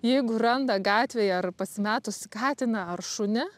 jeigu randa gatvėje ar pasimetusį katiną ar šunį